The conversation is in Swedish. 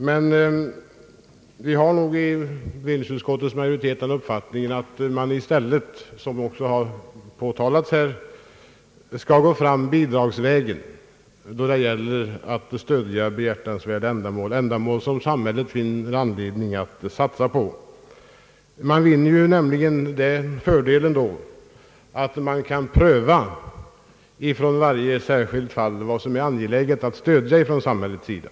Men vi har inom bevillningsutskottets majoritet den upp fattningen att man i stället, som också har framhållits här, skall gå fram bidragsvägen då det gäller att stödja behjärtansvärda ändamål som samhället finner anledning att satsa på. Man vinner nämligen då fördelen att man för varje särskilt fall kan pröva vad som är angeläget att stödja från samhällets sida.